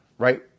right